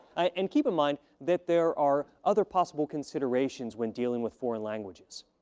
and keep in mind that there are other possible considerations when dealing with foreign languages.